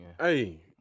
Hey